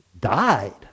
died